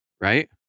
right